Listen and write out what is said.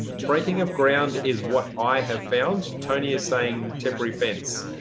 and breaking of ground is what i have found. tony is saying temporary fence.